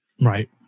Right